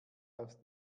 aus